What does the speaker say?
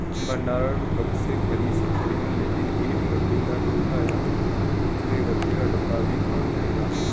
भंडारण बक्से खरीद सकते हैं लेकिन एक लकड़ी का टोकरा या उथले गत्ते का डिब्बा भी काम करेगा